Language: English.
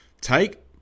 take